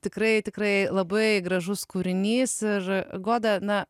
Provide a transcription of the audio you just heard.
tikrai tikrai labai gražus kūrinys ir goda na